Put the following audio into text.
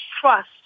trust